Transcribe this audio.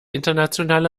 internationale